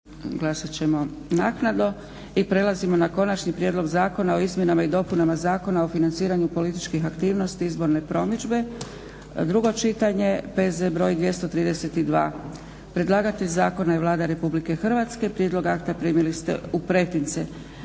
Dragica (SDP)** prelazimo na - Konačni prijedlog zakona o izmjenama i dopunama Zakona o financiranju političkih aktivnosti i izborne promidžbe, drugo čitanje, PZ br. 232 Predlagatelj zakona je Vlada Republike Hrvatske. Prijedlog akta primili ste u pretince.